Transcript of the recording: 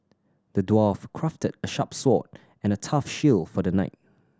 the dwarf crafted a sharp sword and a tough shield for the knight